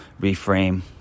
reframe